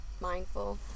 mindful